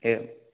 एवं